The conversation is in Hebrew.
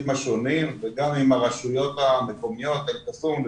השונים וגם עם הרשויות המקומיות אל קסום,